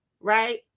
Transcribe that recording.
Right